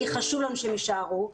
כי חשוב לנו שהם יישארו.